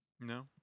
No